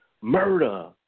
murder